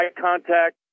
contact